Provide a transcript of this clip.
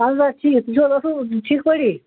اہن حظ آ ٹھیٖک تُہۍ چھِو حظ ٹھیٖک پٲٹھی